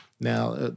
Now